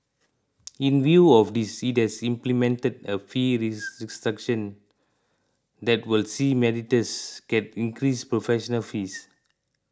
in view of this it has implemented a fee restructuring that will see mediators get increased professional fees